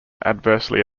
adversely